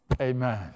amen